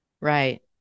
Right